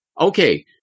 Okay